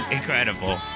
Incredible